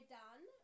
done